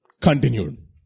continued